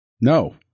No